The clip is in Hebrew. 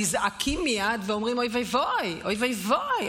נזעקים מייד ואומרים: אוי ואבוי,